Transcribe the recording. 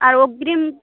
আর অগ্রিম